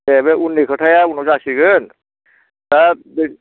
दे बे उननि खोथाया उनाव जासिगोन दा बे